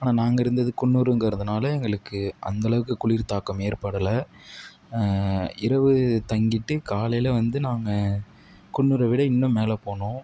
ஆனால் நாங்கள் இருந்தது குன்னூருங்கிறதுனால் எங்களுக்கு அந்த அளவுக்கு குளிர் தாக்கம் ஏற்படலை இரவு தங்கிட்டு காலையில் வந்து நாங்கள் குன்னூரை விட இன்னும் மேலே போனோம்